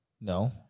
No